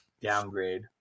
Downgrade